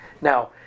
Now